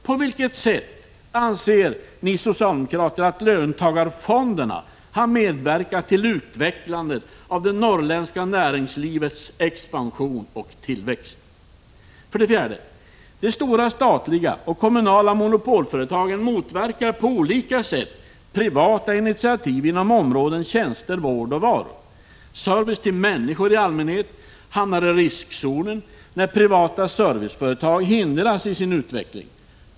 På vilket 22 maj 1986 sätt anser ni socialdemokrater att löntagarfonderna har medverkat till utvecklandet av det norrländska näringslivets expansion och tillväxt? 4. De stora statliga och kommunala monopolföretagen motverkar på olika sätt privata initiativ inom områdena tjänster, vård och varor. Service till människor i allmänhet hamnar i riskzonen när privata serviceföretag hindras i sin utveckling.